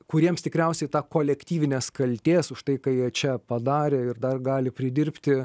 kuriems tikriausiai tą kolektyvinės kaltės už tai ką jie čia padarė ir dar gali pridirbti